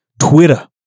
Twitter